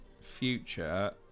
future